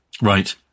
Right